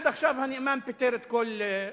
עד עכשיו הנאמן פיטר את כולם.